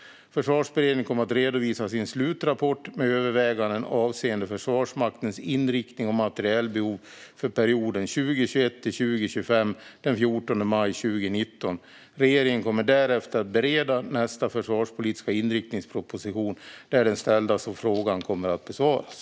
Försvarsberedningen kommer att redovisa sin slutrapport med överväganden avseende Försvarsmaktens inriktning och materielbehov för perioden 2021-2025 den 14 maj 2019. Regeringen kommer därefter att bereda nästa försvarspolitiska inriktningsproposition, där den ställda frågan kommer att besvaras.